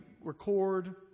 record